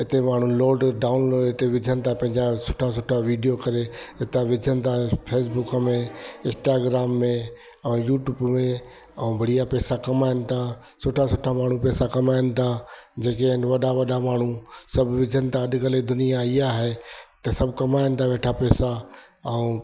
हिते माण्हू load download ते विझनि था पंहिंजा सुठा सुठा वीडियो करे हिता विझनि था फेसबुक में इंस्टाग्राम में ऐं यूट्यूब में ऐं बढ़िया पैसा कमाइनि था सुठा सुठा माण्हू पैसा कमाइन था जेके आहिनि वॾा वॾा माण्हू सभु विझनि था अॼुकल्ह दुनिया इहा आहे त सभु कमाइन था वेठा पैसा ऐं